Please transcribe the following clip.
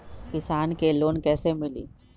किसान के लोन कैसे मिली?